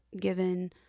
given